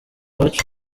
uwacu